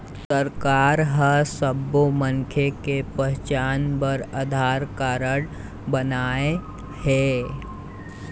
सरकार ह सब्बो मनखे के पहचान बर आधार कारड बनवाए हे